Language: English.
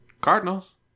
Cardinals